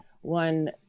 one